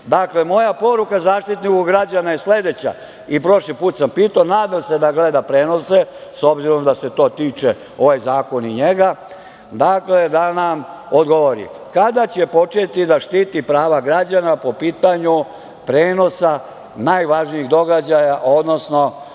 države. Dakle, moja poruka Zaštitniku građana je sledeća i prošli put sam pitao, nadam se da gleda prenose, s obzirom da se ovaj zakon tiče i njega, dakle, da nam odgovori, kada će početi da štiti prava građana po pitanju prenosa najvažnijih događaja, odnosno